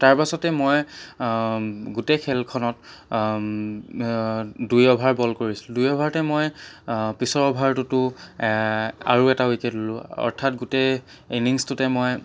তাৰপাছতে মই গোটে খেলখনত দুই অভাৰ বল কৰিছিলোঁ দুই অভাৰতে মই পিছৰ অভাৰটোতো আৰু এটা উইকেট ল'লোঁ অৰ্থাত গোটে ইনিংছটোতে মই